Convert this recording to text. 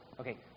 okay